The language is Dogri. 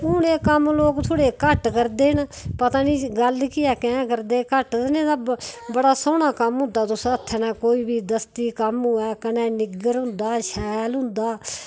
हून एह कम्म लोग थोह्ड़ा जेहा घट्ट करदे न पता नेई गल्ल के है कियां करदे घट्ट नेई ते बड़ा सोहना कम्म होंदा तुस हत्थें कन्नै कोई बी दस्ती कम्म होऐ हत्थें कन्नै निग्गर होंदा ऐ शैल होंदा